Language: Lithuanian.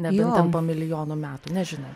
nebent ten po milijono metų nežinau